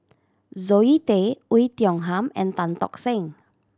Zoe Tay Oei Tiong Ham and Tan Tock Seng